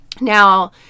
Now